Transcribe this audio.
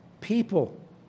people